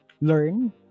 learn